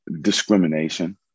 discrimination